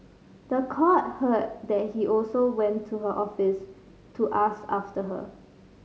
the court heard that he also went to her office to ask after her